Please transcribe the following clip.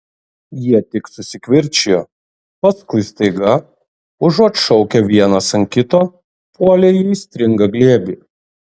jie tik susikivirčijo paskui staiga užuot šaukę vienas ant kito puolė į aistringą glėbį